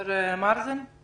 ד"ר יגאל מרזל מהנהלת בתי המשפט?